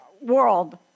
world